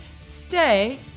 stay